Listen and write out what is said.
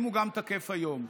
תקף גם להיום.